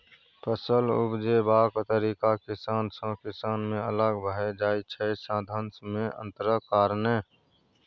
फसल उपजेबाक तरीका किसान सँ किसान मे अलग भए जाइ छै साधंश मे अंतरक कारणेँ